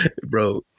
Bro